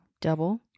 Double